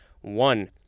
One